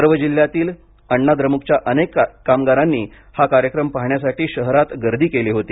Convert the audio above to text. सर्व जिल्ह्यांतील अण्णाद्रमुकच्या अनेक कामगारांनी हा कार्यक्रम पाहण्यासाठी शहरात गर्दी केली होती